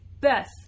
Beth